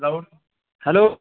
hello hello